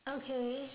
okay